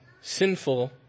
sinful